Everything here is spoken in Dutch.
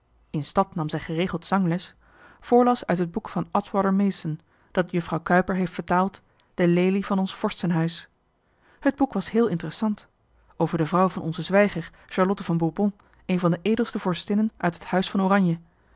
in stad nam zij geregeld zangles voorlas uit het boek van atwater mason dat juffrouw kuyper heeft vertaald de lelie van ons vorstenhuis het boek was heel intéressant over de vrouw van onzen zwijger charlotte van bourbon een van de edelste vorstinnen uit het huis van oranje